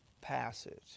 passage